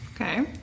Okay